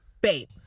babe